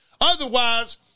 Otherwise